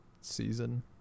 season